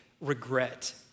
regret